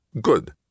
Good